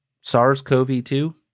SARS-CoV-2